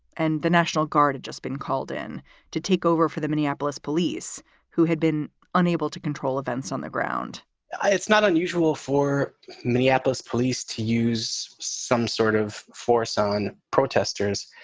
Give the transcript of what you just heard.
and the national guard had just been called in to take over for the minneapolis police who had been unable to control events on the ground it's not unusual for minneapolis police to use some sort of force on protesters.